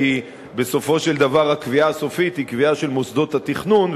כי בסופו של דבר הקביעה הסופית היא קביעה של מוסדות התכנון,